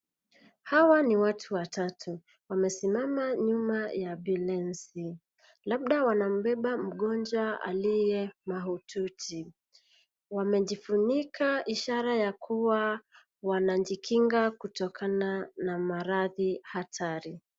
Hawa ni watatu watatu. Wamesimama nyuma ya ambulensi labda wanambeba mgonjwa aliye hali mahututi. Wamejifunika ishara ya kuwa wanajikinga kutokana na maradhi hatari.